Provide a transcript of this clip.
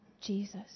Jesus